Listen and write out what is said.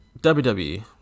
WWE